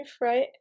right